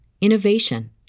innovation